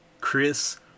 Chris